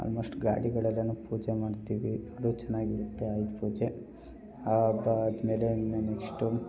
almost ಗಾಡಿಗಳಲ್ಲಿನೂ ಪೂಜೆ ಮಾಡ್ತೀವಿ ಅದು ಚೆನ್ನಾಗಿರುತ್ತೆ ಆಯುಧ ಪೂಜೆ ಆ ಹಬ್ಬ ಆದ್ಮೇಲೆ ಇನ್ನೂ ನೆಕ್ಸ್ಟು